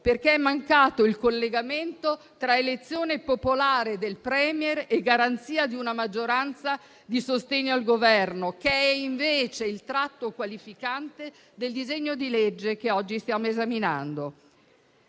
perché è mancato il collegamento tra elezione popolare del *Premier* e garanzia di una maggioranza di sostegno al Governo, che è invece il tratto qualificante del disegno di legge che oggi stiamo esaminando.